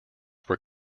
were